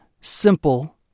simple